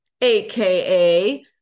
aka